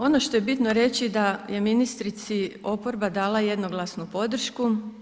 Ono što je bitno reći da je ministrici oporba dala jednoglasnu podršku.